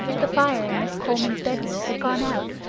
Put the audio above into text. the fire in miss coleman's bedroom had gone out,